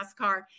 NASCAR